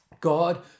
God